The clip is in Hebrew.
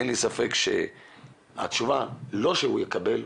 אין לי ספק שהתשובה שהוא יקבל,